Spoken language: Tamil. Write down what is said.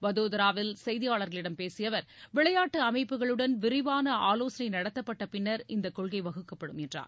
வதோதராவில் செய்தியாளர்களிடம் பேசிய அவர் விளையாட்டு அமைப்புகளுடன் விரிவான ஆலோசனை நடத்தப்பட்ட பின்னர் இக்கொள்கை வகுக்கப்படும் என்றார்